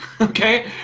Okay